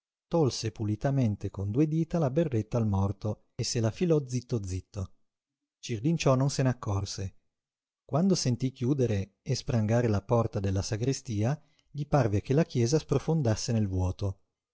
tolse pulitamente con due dita la berretta al morto e se la filò zitto zitto cirlinciò non se n'accorse quando sentí chiudere e sprangare la porta della sagrestia gli parve che la chiesa sprofondasse nel vuoto